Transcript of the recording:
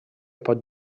pot